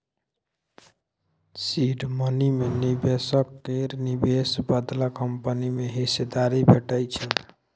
seed money मे निबेशक केर निबेश बदला कंपनी मे हिस्सेदारी भेटै छै